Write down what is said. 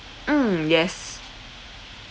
mm yes